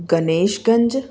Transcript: Ganeshganj